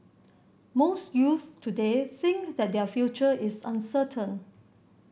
most youths today think that their future is uncertain